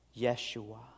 Yeshua